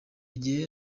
gihe